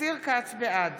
בעד